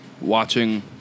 watching